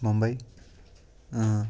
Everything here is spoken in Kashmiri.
ممبئی